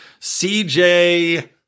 CJ